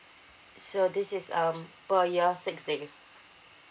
so this is um per year six days